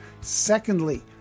Secondly